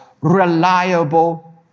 reliable